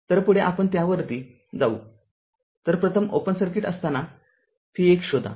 तरपुढे आपण त्यावरती जाऊ तरप्रथम ओपन सर्किट असताना v१शोधा